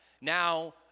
now